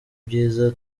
ibyiza